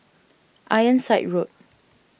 Ironside Road